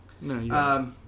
No